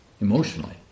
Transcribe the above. emotionally